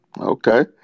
Okay